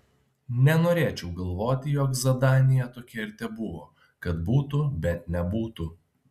nenorėčiau galvoti jog zadanija tokia ir tebuvo kad būtų bet nebūtų